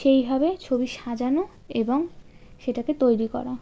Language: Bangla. সেইভাবে ছবি সাজানো এবং সেটাকে তৈরি করা